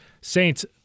Saints